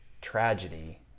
tragedy